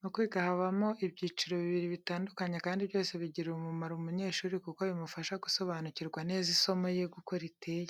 Mu kwiga habamo ibyiciro bibiri bitandukanye kandi byose bigirira umumaro umunyeshuri kuko bimufasha gusobanukirwa neza isomo yiga uko riteye.